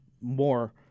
more